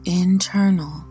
internal